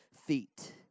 feet